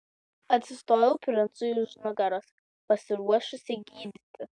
atsistojau princui už nugaros pasiruošusi gydyti